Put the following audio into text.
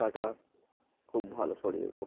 কাটা খুব ভালো শরীরের পক্ষে